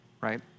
right